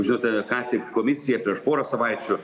žinote ką tik komisija prieš porą savaičių